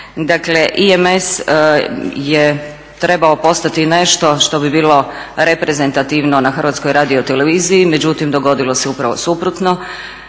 Dakle IMS je trebao postati nešto što bi bilo reprezentativno na Hrvatskoj radio televiziji međutim dogodilo se upravo suprotno.